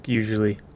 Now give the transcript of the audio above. usually